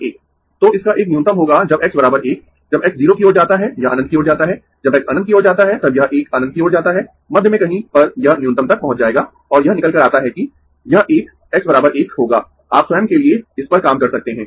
तो इसका एक न्यूनतम होगा जब x 1 जब x 0 की ओर जाता है यह अनंत की ओर जाता है जब x अनंत की ओर जाता है तक यह एक अनंत की ओर जाता है मध्य में कहीं पर यह न्यूनतम तक पहुंच जाएगा और यह निकल कर आता है कि यह 1 x 1 होगा आप स्वयं के लिए इस पर काम कर सकते है